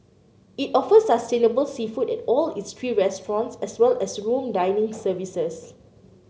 it offers sustainable seafood at all its three restaurants as well as room dining services